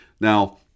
Now